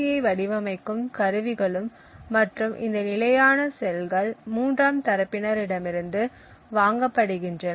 யை வடிவமைக்கும் கருவிகளும் மற்றும் இந்த நிலையான செல்கள் மூன்றாம் தரப்பினர் இடமிருந்து வாங்கப்படுகின்றன